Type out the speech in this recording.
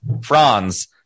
Franz